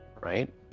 right